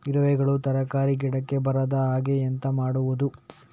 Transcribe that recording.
ಇರುವೆಗಳು ತರಕಾರಿ ಗಿಡಕ್ಕೆ ಬರದ ಹಾಗೆ ಎಂತ ಮಾಡುದು?